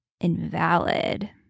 invalid